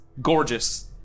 gorgeous